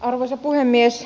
arvoisa puhemies